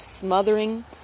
smothering